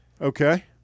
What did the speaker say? okay